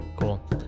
Cool